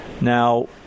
Now